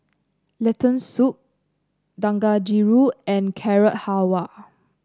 Lentil Soup Dangojiru and Carrot Halwa